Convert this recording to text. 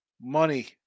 money